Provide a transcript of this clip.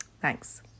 Thanks